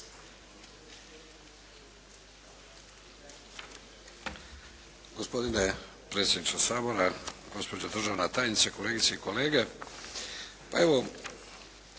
Hvala.